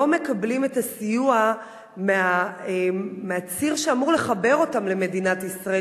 מקבלים את הסיוע מהציר שאמור לחבר אותם למדינת ישראל,